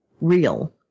real